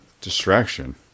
distraction